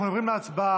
אנחנו עוברים להצבעה.